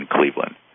Cleveland